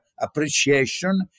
appreciation